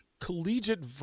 collegiate